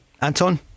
Anton